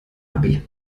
abi